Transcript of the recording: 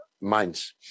minds